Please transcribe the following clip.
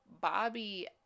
Bobby